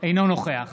אינו נוכח